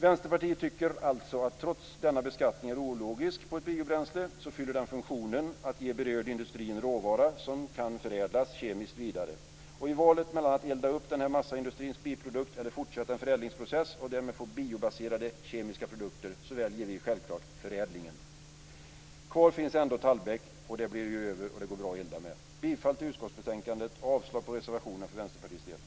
Vänsterpartiet tycker alltså att denna beskattning på ett biobränsle, trots att den är ologisk, fyller funktionen att ge berörd industri en råvara som kemiskt kan förädlas vidare. I valet mellan att elda upp denna massaindustrins biprodukt eller att fortsätta en förädlingsprocess och därmed få biobaserade kemiska produkter väljer vi självklart förädlingen. Kvar finns ändå den tallbeck som blir över och som det går bra att elda med. Jag yrkar bifall till hemställan i utskottsbetänkandet och avslag på reservationerna för Vänsterpartiets del.